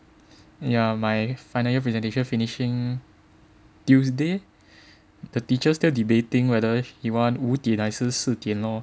ya my final year presentation finishing Tuesday the teachers still debating whether he want 五点还是四点 lor